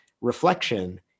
reflection